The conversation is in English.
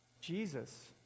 Jesus